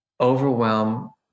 overwhelm